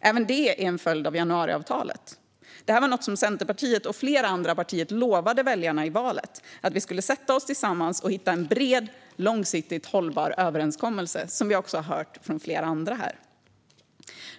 Även det är en följd av januariavtalet. Det här var någonting som Centerpartiet och flera andra partier lovade väljarna valet: att vi skulle sätta oss tillsammans och hitta en bred, långsiktigt hållbar överenskommelse. Det har vi också hört från flera andra här.